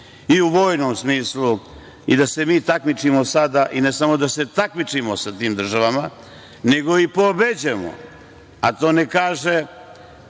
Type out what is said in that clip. i u vojnom smislu i da se mi takmičimo sada, i ne samo da se takmičimo sa tim državama, nego ih pobeđujemo, a to ne kaže